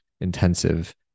intensive